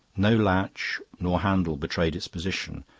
no latch nor handle betrayed its position,